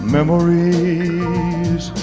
Memories